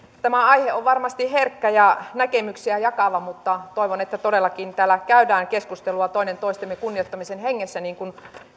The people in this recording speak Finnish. tämä aihe on varmasti herkkä ja näkemyksiä jakava mutta toivon että todellakin täällä käydään keskustelua toinen toistemme kunnioittamisen hengessä niin kuin